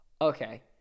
Okay